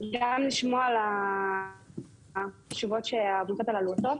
-- בדיון -- -לשמוע על העבודות החשובות שהעמותות הללו עושות.